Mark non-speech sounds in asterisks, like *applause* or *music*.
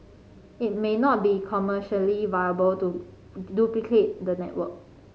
it may not be commercially viable to *unintelligible* the network